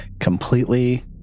completely